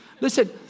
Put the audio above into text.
Listen